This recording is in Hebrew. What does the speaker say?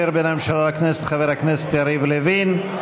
בין הממשלה לכנסת חבר הכנסת יריב לוין.